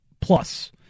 plus